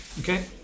Okay